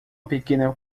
pequena